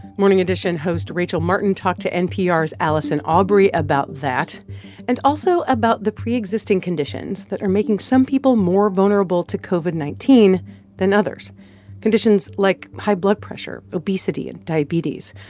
morning edition host rachel martin talked to npr's allison aubrey about that and also about the preexisting conditions that are making some people more vulnerable to covid nineteen than others conditions like high blood pressure, obesity and diabetes,